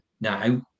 now